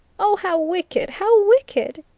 oh, how wicked, how wicked!